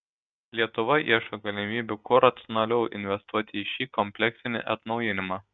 lietuva ieško galimybių kuo racionaliau investuoti į šį kompleksinį atnaujinimą